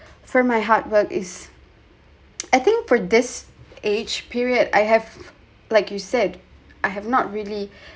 for my hard work it's I think for this age period I have like you said I have not really